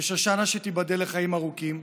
ושושנה, שתיבדל לחיים ארוכים,